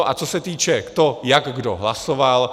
A co se týče toho, jak kdo hlasoval.